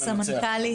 נכון, הסמנכ"לית.